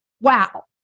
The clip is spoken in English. wow